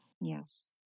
Yes